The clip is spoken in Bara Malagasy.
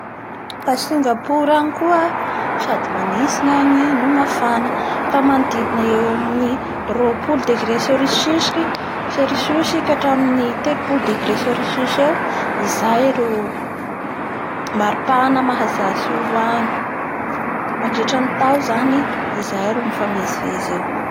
Gna Singapor agny koa asady manitsy gnagny ka manodidina eo amin'ny roapolo degré sericus ka hatramin'ny telopolo degré cericus eo izay ro maropahana mahazatsy olo agny. Mandritra ny tao zany izay ro mifamezivezy eo.